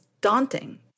daunting